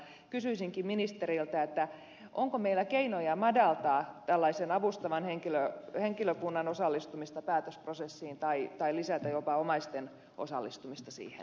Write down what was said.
kysyisinkin ministeriltä onko meillä keinoja madaltaa tällaisen avustavan henkilökunnan osallistumista päätösprosessiin tai lisätä jopa omaisten osallistumista siihen